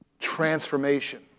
transformation